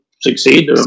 succeed